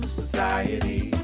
society